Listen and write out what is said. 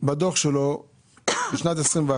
בדוח שלו משנת 2021,